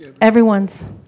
Everyone's